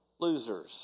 losers